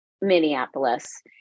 Minneapolis